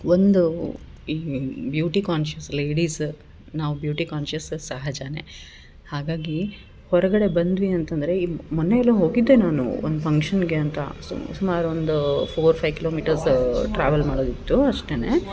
ಒಂದು ಈ beauty conscious ladies ನಾವು ಬ್ಯೂಟಿ ಕಾನ್ಷಿಯಸ್ ಸಹಜನೇ ಹಾಗಾಗಿ ಹೊರಗಡೆ ಬಂದ್ವಿ ಅಂತಂದರೆ ಇಬ್ ಮೊನ್ನೆ ಎಲ್ಲೋ ಹೋಗಿದ್ದೆ ನಾನು ಒಂದು ಫಂಕ್ಷನ್ಗೆ ಅಂತ ಸುಮ್ ಸುಮಾರು ಒಂದು ಫೊರ್ ಫೈವ್ ಕಿಲೋಮೀಟರ್ಸ್ ಟ್ರಾವೆಲ್ ಮಾಡೋದಿತ್ತು ಅಷ್ಟೇನೇ